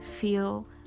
feel